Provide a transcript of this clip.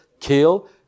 kill